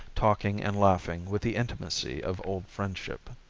talking and laughing with the intimacy of old friendship.